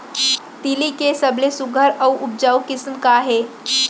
तिलि के सबले सुघ्घर अऊ उपजाऊ किसिम का हे?